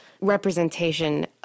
representation